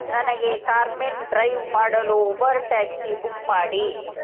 ನನಗೆ ಕಾರ್ಮೆನ್ ಡ್ರೈವ್ ಮಾಡಲು ಉಬರ್ ಟ್ಯಾಕ್ಸಿ ಬುಕ್ ಮಾಡಿ